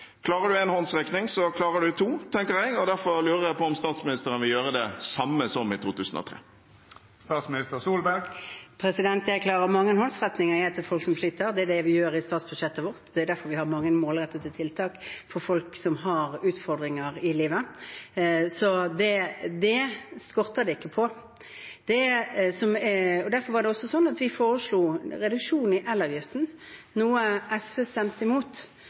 Klarer man å gi én håndsrekning, klarer man to, tenker jeg, og derfor lurer jeg på om statsministeren vil gjøre det samme som i 2003. Jeg klarer å gi mange håndsrekninger til folk som sliter – det er det vi gjør i statsbudsjettet vårt, det er derfor vi har mange målrettede tiltak for folk som har utfordringer i livet, så det skorter ikke på det. Derfor var det også slik at vi foreslo en reduksjon i elavgiften, noe SV stemte imot.